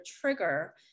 trigger